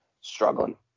struggling